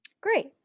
Great